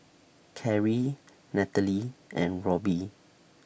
Karrie Nathaly and Robby